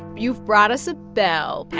you've brought us a bell,